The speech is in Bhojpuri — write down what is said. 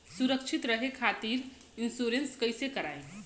सुरक्षित रहे खातीर इन्शुरन्स कईसे करायी?